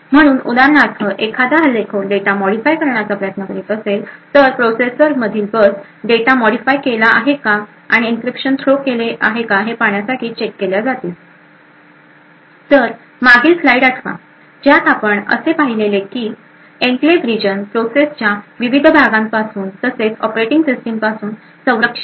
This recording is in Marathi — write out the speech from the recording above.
म्हणून उदाहरणार्थ एखादा हल्लेखोर डेटा मॉडीफाय करण्याचा प्रयत्न करत असेल तर प्रोसेसर मधील बस डेटा मॉडीफाय केला आहे का आणि एक्सेप्शन थ्रो केले आहे का हे पाहण्यासाठी चेक केल्या जातील तर मागील स्लाइड आठवा ज्यात आपण असे पाहिले होते की एन्क्लेव रिजन प्रोसेसच्या विविध भागापासून तसेच ऑपरेटिंग सिस्टिम पासून संरक्षित आहे